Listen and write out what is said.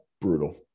Brutal